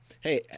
Hey